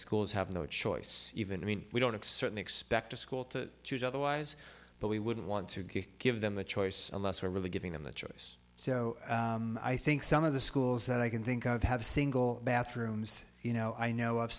schools have no choice even mean we don't accept expect a school to choose otherwise but we wouldn't want to give them a choice unless we're really giving them the choice so i think some of the schools that i can think of have single bathrooms you know i know